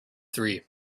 three